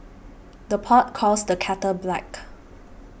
the pot calls the kettle black